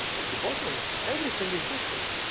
the bottom, everything is different.